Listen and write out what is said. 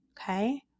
Okay